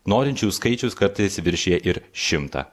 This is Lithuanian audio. norinčiųjų skaičius kartais viršija ir šimtą